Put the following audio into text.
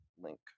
link